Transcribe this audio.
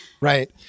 Right